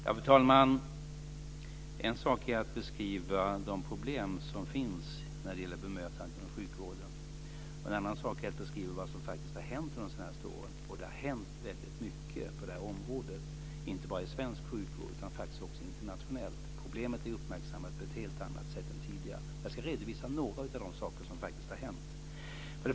Fru talman! En sak är att beskriva de problem som finns när det gäller bemötandet inom sjukvården. En annan sak är att beskriva vad som faktiskt har hänt under de senaste åren. Det har hänt mycket på det här området, inte bara i svensk sjukvård utan också internationellt. Problemet är uppmärksammat på ett helt annat sätt än tidigare. Jag ska redovisa några av de saker som faktiskt har hänt.